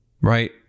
Right